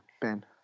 Ben